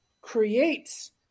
creates